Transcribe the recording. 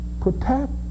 protect